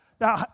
Now